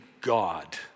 God